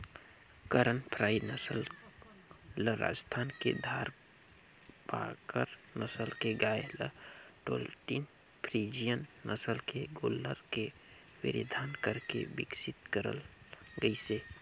करन फ्राई नसल ल राजस्थान के थारपारकर नसल के गाय ल होल्सटीन फ्रीजियन नसल के गोल्लर के वीर्यधान करके बिकसित करल गईसे